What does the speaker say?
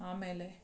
ಆಮೇಲೆ